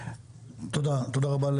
תודה רבה.